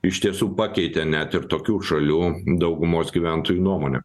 iš tiesų pakeitė net ir tokių šalių daugumos gyventojų nuomonę